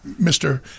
Mr